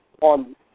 On